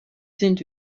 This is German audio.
sind